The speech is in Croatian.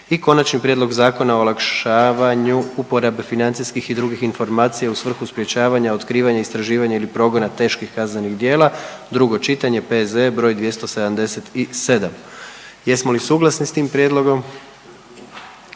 - Konačni prijedlog Zakona o olakšavanju uporabe financijskih i drugih informacija u svrhu sprječavanja, otkrivanja, istraživanja ili progona teških kaznenih djela, drugo čitanje, P.Z.E. br. 277 Jesmo sli suglasni s tim prijedlogom?